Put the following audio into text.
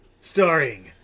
Starring